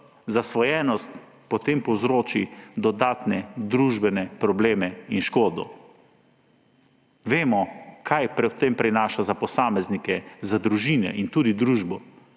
zasvojenost, potem povzroči dodatne družbene probleme in škodo. Vemo, kaj pri tem prinaša za posameznike, za družine in tudi za družbo.